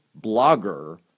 blogger